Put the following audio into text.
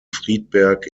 friedberg